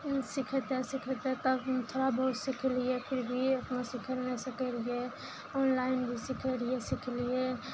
सिखेतइ सीखेतइ तब थोड़ा बहुत सीखलियै फिर भी ओतना सिखय नहि सकय रहियइ ऑनलाइन भी सिखय रहियइ सीखलियै